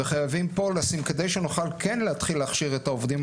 וחייבים פה כדי שנוכל כן להתחיל להכשיר את העובדים,